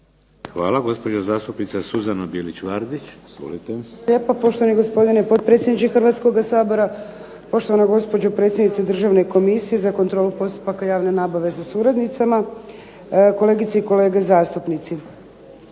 Izvolite. **Bilić Vardić, Suzana (HDZ)** Hvala lijepo poštovani gospodine potpredsjedniče Hrvatskoga sabora, poštovana gospođo predsjednice Državne komisije za kontrolu postupaka javne nabave sa suradnicama, kolegice i kolege zastupnici.